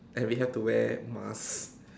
and we have to wear masks